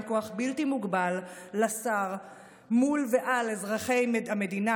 עם כוח בלתי מוגבל לשר מול ועל אזרחי המדינה,